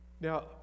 Now